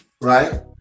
Right